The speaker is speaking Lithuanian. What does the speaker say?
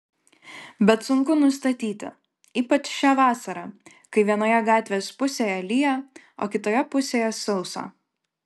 bet sunku nustatyti ypač šią vasarą kai vienoje gatvės pusėje lyja o kitoje pusėje sausa